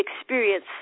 experience